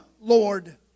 Lord